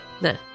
no